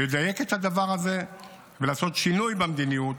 לדייק את הדבר הזה ולעשות שינוי במדיניות